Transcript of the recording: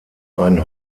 ein